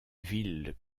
ville